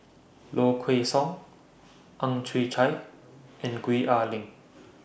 Low Kway Song Ang Chwee Chai and Gwee Ah Leng